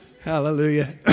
Hallelujah